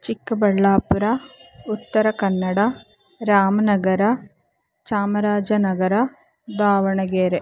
Chikkaballapur Uttara Kannada Ramanagara Chamarajanagar Davanagere